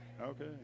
Okay